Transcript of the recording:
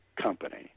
company